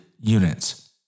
units